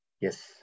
Yes